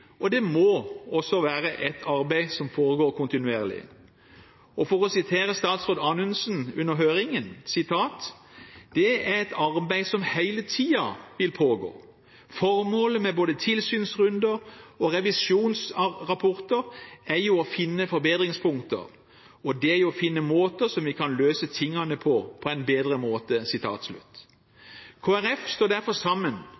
og det må også være et arbeid som foregår kontinuerlig. For å sitere statsråd Anundsen under høringen: «Det er et arbeid som hele tiden vil pågå. Formålet med både tilsynsrunder og revisjonsrapporter er jo å finne forbedringspunkter, og det er jo å finne måter som vi skal løse disse tingene på på en bedre måte.» Kristelig Folkeparti står derfor sammen